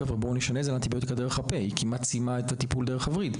"חבר'ה, בואו נשנה את זה לאנטיביוטיקה דרך הפה",